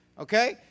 Okay